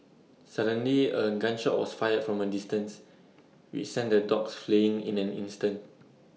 suddenly A gun shot was fired from A distance which sent the dogs fleeing in an instant